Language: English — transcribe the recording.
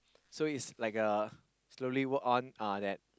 so is like a slowly work on that